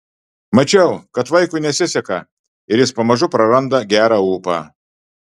mačiau kad vaikui nesiseka ir jis pamažu praranda gerą ūpą